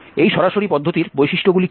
এই সরাসরি পদ্ধতির বৈশিষ্ট্যগুলি কি